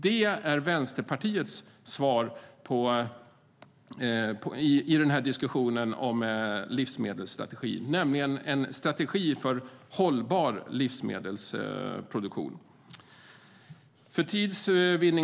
Det är Vänsterpartiets svar i diskussionen om livsmedelsstrategin: en strategi för hållbar livsmedelsproduktion. Herr talman!